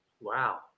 Wow